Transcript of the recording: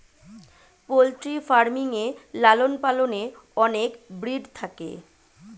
poultry farming এ লালন পালনে অনেক ব্রিড থাকে